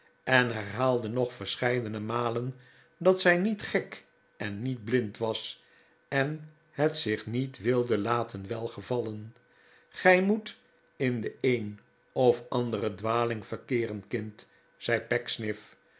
en herhaalde nog verscheidene malen dat zij niet gek en niet blind was en het zich niet wilde laten welgevallen gij moet in de een of andere dwaling verkeeren kind zei